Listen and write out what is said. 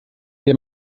der